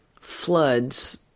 floods